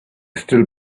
still